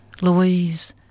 Louise